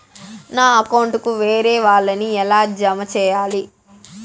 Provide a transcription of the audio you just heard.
నా అకౌంట్ కు వేరే వాళ్ళ ని ఎలా జామ సేయాలి?